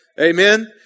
Amen